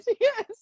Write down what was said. yes